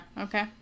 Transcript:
okay